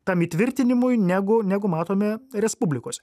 tam įtvirtinimui negu negu matome respublikose